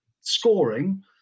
scoring